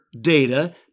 data